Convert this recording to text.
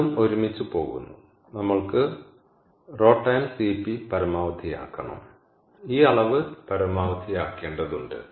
രണ്ടും ഒരുമിച്ച് പോകുന്നു നമ്മൾക്ക് ρCp പരമാവധിയാക്കണം ഈ അളവ് പരമാവധിയാക്കേണ്ടതുണ്ട്